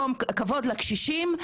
נותנים כבוד לקשישים,